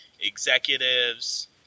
executives